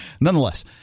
nonetheless